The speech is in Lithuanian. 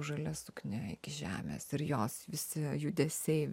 žalia suknia iki žemės ir jos visi judesiai